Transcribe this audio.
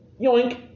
Yoink